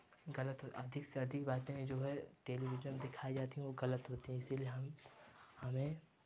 गलत हो अधिक से अधिक बातें जो है टेलीविज़न दिखाई जाती हैं वो गलत होती हैं इसलिए हम हमें